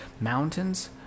mountains